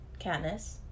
Katniss